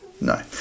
no